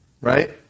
right